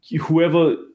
whoever